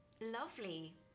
lovely